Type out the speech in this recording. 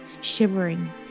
shivering